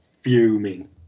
fuming